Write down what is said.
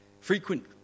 Frequent